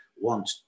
want